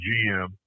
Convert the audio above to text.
GM